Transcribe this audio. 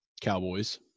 Cowboys